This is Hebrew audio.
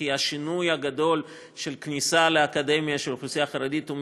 כי השינוי הגדול של כניסה לאקדמיה של אוכלוסייה חרדית רק